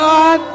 God